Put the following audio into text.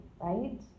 right